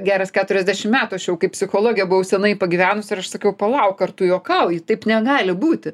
geras keturiasdešim metų aš jau kaip psichologė buvau senai pagyvenus ir aš sakau palauk ar tu juokauji taip negali būti